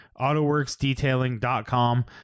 autoworksdetailing.com